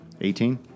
18